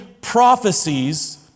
prophecies